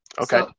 Okay